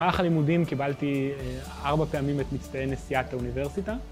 במהלך הלימודים קיבלתי ארבע פעמים את מצטיין נשיאת האוניברסיטה